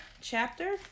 chapter